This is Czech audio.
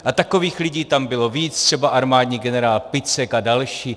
A takových lidí tam bylo víc, třeba armádní generál Picek a další.